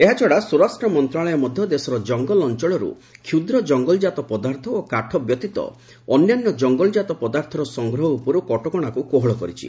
ଏହାଛଡ଼ା ସ୍ୱରାଷ୍ଟ୍ର ମନ୍ତ୍ରଶାଳୟ ମଧ୍ୟ ଦେଶର ଜଙ୍ଗଲ ଅଞ୍ଚଳରୁ କ୍ଷୁଦ୍ର ଜଙ୍ଗଲଜାତ ପଦାର୍ଥ ଓ କାଠ ବ୍ୟତୀତ ଅନ୍ୟାନ୍ୟ ଜଙ୍ଗଲଜାତ ପଦାର୍ଥର ସଂଗ୍ରହ ଉପରୁ କଟକଣାକୁ କୋହଳ କରିଛି